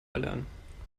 erlernen